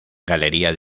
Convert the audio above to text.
galería